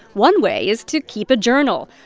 one way is to keep a journal.